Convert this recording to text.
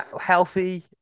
healthy